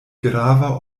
grava